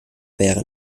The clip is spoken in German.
wäre